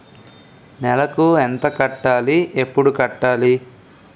నెలకు ఎంత కట్టాలి? ఎప్పుడు కట్టాలి?